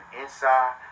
inside